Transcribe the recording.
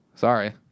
Sorry